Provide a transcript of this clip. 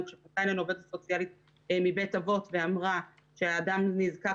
כשפנתה אלינו עובדת סוציאלית מבית אבות ואמרה שהאדם נזקק